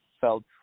felt